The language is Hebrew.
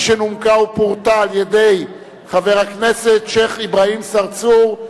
כפי שנומקה ופורטה על-ידי חבר הכנסת שיח' אברהים צרצור.